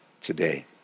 today